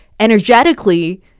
energetically